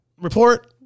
report